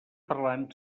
parlant